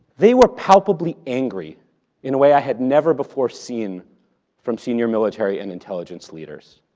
they were palpably angry in a way i had never before seen from senior military and intelligence leaders,